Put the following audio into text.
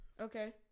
okay